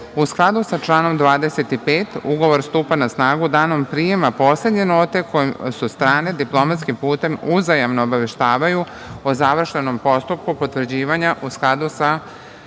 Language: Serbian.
skladu sa članom 25, ugovor stupa na snagu danom prijema poslednje note kojom su strane diplomatskim putem uzajamno obaveštavaju o završenom postupku potvrđivanja u skladu sa